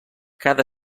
cada